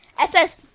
SS